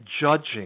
judging